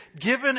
given